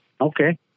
Okay